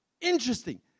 Interesting